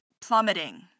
plummeting